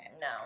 No